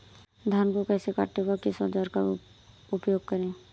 धान को कैसे काटे व किस औजार का उपयोग करें?